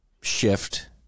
shift